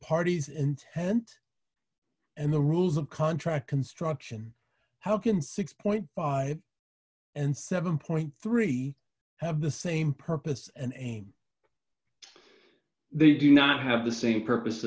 party's intent and the rules of contract construction how can six point five and seven three have the same purpose and aim they do not have the same purpose